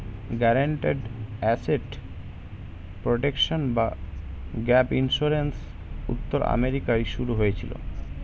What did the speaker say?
guaranteed asset protection বা gap insurance উত্তর আমেরিকায় শুরু হয়েছিল